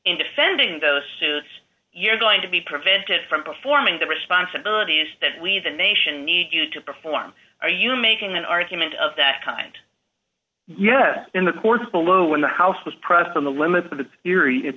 in defending those suits you're going to be prevented from performing the responsibilities that we the nation need you to perform are you making an argument of that kind yes in the courts below when the house was